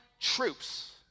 troops